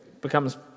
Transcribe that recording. becomes